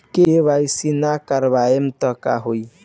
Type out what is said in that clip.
KYC ना करवाएम तब का होई?